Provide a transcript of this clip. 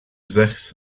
sechs